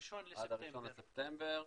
ה-1 בספטמבר,